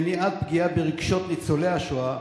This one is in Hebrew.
מניעת פגיעה ברגשות ניצולי השואה,